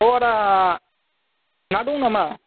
अ आदा ना दं नामा